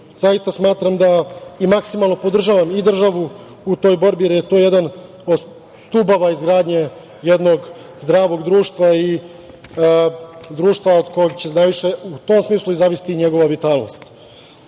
smatram i maksimalno podržavam i državu u toj borbi, jer je to jedan od stubova izgradnje jednog zdravog društva i društva od kog će najviše u tom smisli zavisiti i njegova vitalnost. Takođe,